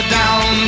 down